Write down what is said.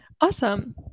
Awesome